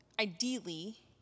ideally